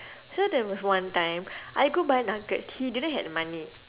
so there was one time I go buy nugget he didn't had money